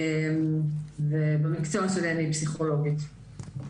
ובמקצוע שלי אני פסיכולוגית.